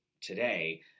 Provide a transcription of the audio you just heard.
today